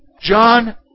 John